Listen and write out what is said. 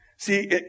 See